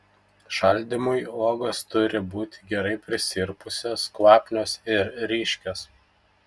šaldymui uogos turi būti gerai prisirpusios kvapnios ir ryškios